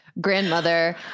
grandmother